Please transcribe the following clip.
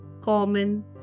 common